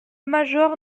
major